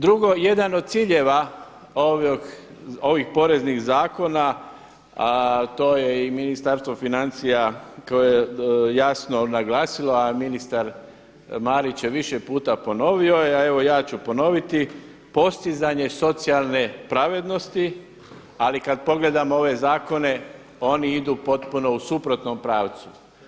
Drugo, jedan od ciljeva ovih poreznih zakona to je i Ministarstvo financija jasno naglasilo, a ministar Marić je više puta ponovio a evo i ja ću ponoviti postizanje socijalne pravednosti, ali kad pogledamo ove zakone oni idu potpuno u suprotnom pravcu.